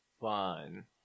fun